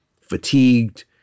fatigued